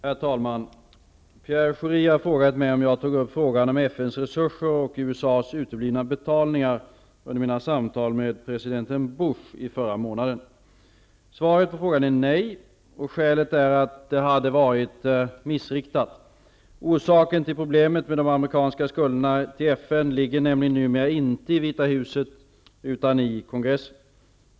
Herr talman! Pierre Schori har frågat mig om jag tog upp frågan om FN:s resurser och USA:s uteblivna betalningar under mina samtal med president Bush i förra månaden. Svaret är nej, och skälet är att det hade varit missriktat. Orsaken till problemet med de amerikanska skulderna till FN ligger nämligen numera inte i Vita Huset utan i kongressen.